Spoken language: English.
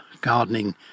gardening